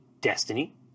destiny